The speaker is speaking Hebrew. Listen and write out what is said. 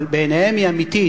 אבל בעיניהם היא אמיתית,